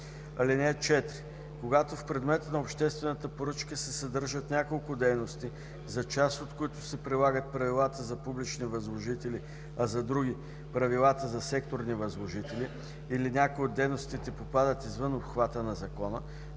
(4) Когато в предмета на обществената поръчка се съдържат няколко дейности, за част от които се прилагат правилата за публични възложители, а за други – правилата за секторни възложители, или някои от дейностите попадат извън обхвата на Закона,